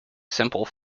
simple